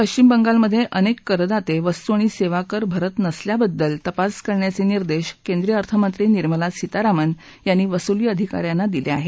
पश्चिम बंगालमधे अनेक करदाते वस्तू आणि सेवा कर भरत नसल्याबद्दल तपास करण्याचे निर्देश केंद्रीय अर्थमंत्री निर्मला सीतारामन यांनी वसुली अधिकाऱ्यांना दिले आहेत